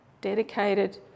dedicated